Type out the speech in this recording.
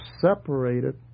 separated